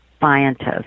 scientists